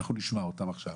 אנחנו נשמע אותם עכשיו,